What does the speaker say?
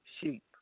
sheep